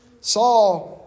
Saul